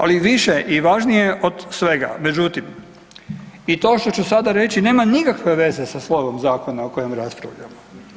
Ali više i važnije od svega međutim i to što ću sada reći nema nikakve veze sa slovom zakona o kojem raspravljamo.